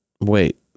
wait